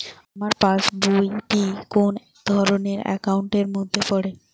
আমার পাশ বই টি কোন ধরণের একাউন্ট এর মধ্যে পড়ে?